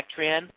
Vectran